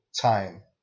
time